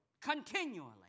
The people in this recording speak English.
Continually